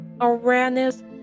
awareness